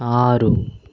ఆరు